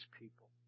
people